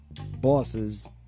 bosses